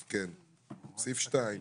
תקנת משנה (2),